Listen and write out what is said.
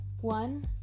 One